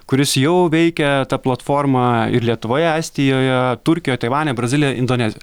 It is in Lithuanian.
kuris jau veikia ta platforma ir lietuvoje estijoje turkijoj taivane brazilijoj indonezijoj